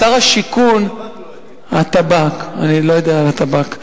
שר השיכון, הטבק, אני לא יודע על הטבק.